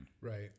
Right